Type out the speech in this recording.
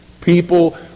People